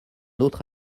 autre